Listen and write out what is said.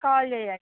call చెయ్యండి